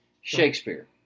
Shakespeare